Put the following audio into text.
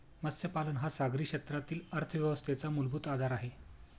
मत्स्यपालन हा सागरी क्षेत्रातील अर्थव्यवस्थेचा मूलभूत आधार आहे